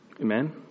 Amen